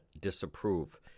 disapprove